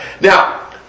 now